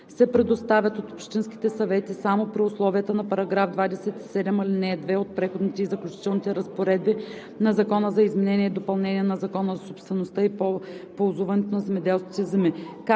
се предоставят от общинските съвети само при условията на § 27, ал. 2 от Преходните и заключителните разпоредби на Закона за изменение и допълнение на Закона за собствеността и ползването на земеделските земи